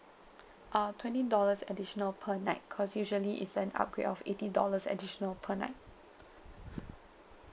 uh twenty dollars additional per night cause usually it's an upgrade of eighty dollars additional per night